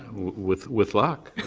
with with luck.